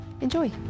enjoy